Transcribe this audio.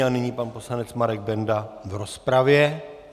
A nyní pan poslance Marek Benda v rozpravě.